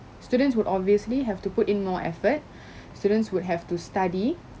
students would obviously have to put in more effort students would have to study